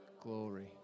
glory